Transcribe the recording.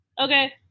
Okay